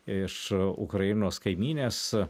iš ukrainos kaimynės